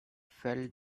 fell